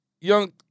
young